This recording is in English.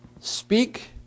speak